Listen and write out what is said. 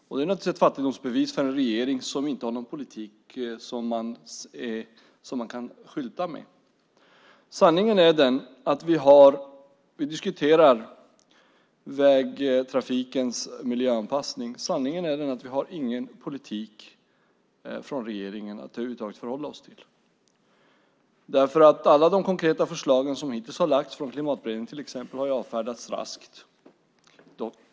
Det är naturligtvis ett fattigdomsbevis för en regering som inte har någon politik att skylta med. Sanningen är den att vi diskuterar vägtrafikens miljöanpassning. Sanningen är den att vi över huvud taget inte har någon politik från regeringen att förhålla oss till. Alla de konkreta förslag som hittills har lagts fram från till exempel Klimatberedningen har ju raskt avfärdats.